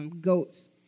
goats